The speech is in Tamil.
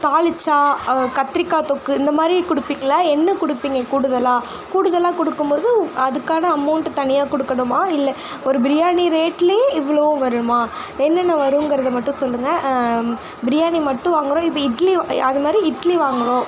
தாளிச்சா கத்திரிக்காய் தொக்கு இந்தமாதிரி கொடுப்பீங்களா என்ன கொடுப்பீங்க கூடுதலாக கூடுதலாக கொடுக்கும் போது அதுக்கான அமௌண்ட்டு தனியாக கொடுக்கணுமா இல்லை ஒரு பிரியாணி ரேட்லயே இவ்வளோவும் வருமா என்னென்ன வருங்கறதை மட்டும் சொல்லுங்கள் பிரியாணி மட்டும் வாங்குறோம் இப்போ இட்லி அதுமாதிரி இட்லி வாங்குறோம்